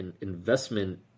investment